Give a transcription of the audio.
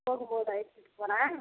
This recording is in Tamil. போகும்போது அழைச்சிக்கிட்டு போகறேன்